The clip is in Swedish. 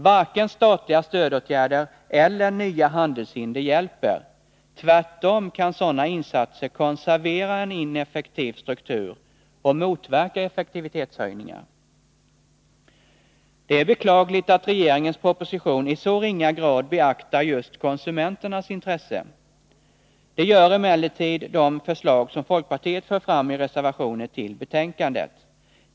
Varken statliga stödåtgärder eller nya handelshinder hjälper — tvärtom kan sådana insatser konservera en ineffektiv struktur och motverka effektivitetshöjningar. Det är beklagligt att regeringens proposition i så ringa grad beaktar just konsumenternas intressen. Det gör emellertid de förslag som folkpartiet för fram i reservationer till betänkandet.